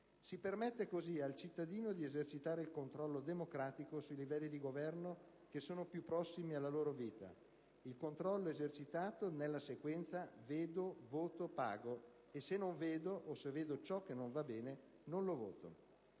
Si permette così ai cittadini di esercitare il controllo democratico sui livelli di governo che sono più prossimi alla loro vita: il controllo esercitato nella sequenza «vedo-voto-pago». E, se non vedo, o se vedo ciò che non va bene, non lo voto.